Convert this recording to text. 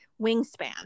wingspan